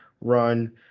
run